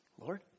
Lord